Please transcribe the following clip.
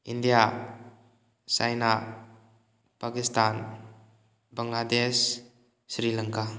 India China Pakistan Bangladesh Sri Lanka